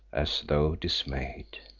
as though dismayed.